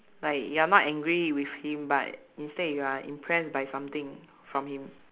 like you're not angry with him but instead you are impressed by something from him